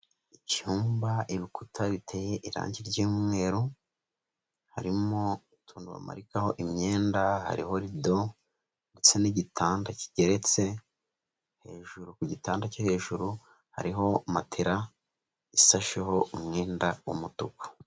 Icyumba ibikuta biteye irangi ry'umweru, harimo utuntu bamanikaho imyenda, hariho rido ndetse n'igitanda kigeretse, hejuru ku gitanda cyo hejuru hariho matela isasheho umwenda w'umutuku.